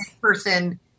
person